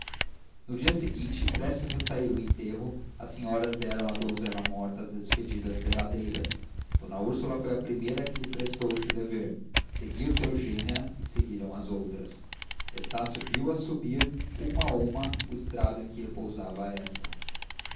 no dia seguinte prestes a sair o enterro as senhoras deram à donzela morta as despedidas derradeiras d úrsula foi a primeira que lhe prestou esse dever seguiu-se eugênia e seguiram as outras estácio viu as subir uma a uma o estrado em que repousava a essa